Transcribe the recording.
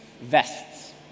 vests